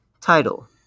title